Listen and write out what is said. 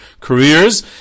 careers